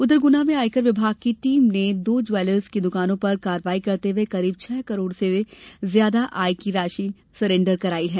उधर ग्ना में आयकर विभाग की टीम ने दो ज्वैलर्स की दुकानों पर कार्यवाही करते हुए करीब छह करोड़ से ज्यादा आय की राशि सरेण्डर कराई है